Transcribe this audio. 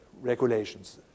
regulations